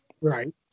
Right